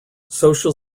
social